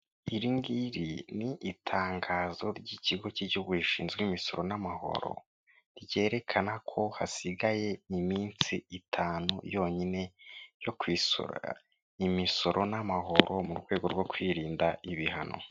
Iringiri ni itangazo ry'ikigo cy'igihugu rishinzwe imisoro n'amahoro, ryerekana ko hasigaye iminsi itanu yonyine yo kwishyura imisoro n'amahoro mu rwego rwo kwirinda ibihano.